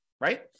right